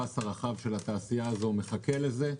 הפס הרחב של התעשייה הזאת מחכה לזה.